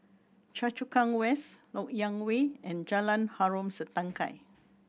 Choa Chu Kang West Lok Yang Way and Jalan Harom Setangkai